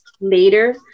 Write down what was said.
later